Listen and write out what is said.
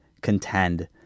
contend